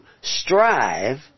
strive